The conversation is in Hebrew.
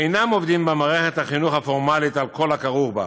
אינם עובדים במערכת החינוך הפורמלית על כל הכרוך בה,